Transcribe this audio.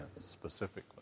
specifically